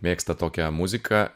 mėgsta tokią muziką